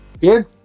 Good